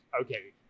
okay